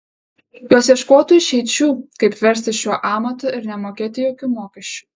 jos ieškotų išeičių kaip verstis šiuo amatu ir nemokėti jokių mokesčių